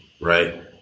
right